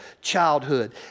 childhood